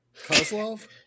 Kozlov